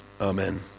amen